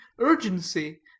urgency